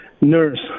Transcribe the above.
nurse